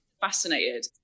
fascinated